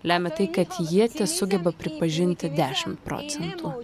lemia tai kad jie sugeba pripažinti dešim procentų